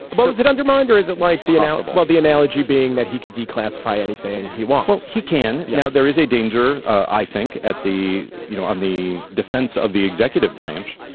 that's it undermined or is it like the analogy. well the analogy being that he could declassify anything he wants. he can. you know there is a danger i think at the you know on the defense of the executive branch.